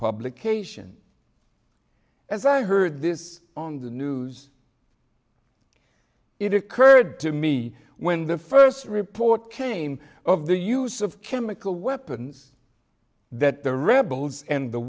publication as i heard this on the news it occurred to me when the first report came of the use of chemical weapons that the rebels and the